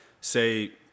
say